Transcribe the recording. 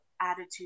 attitude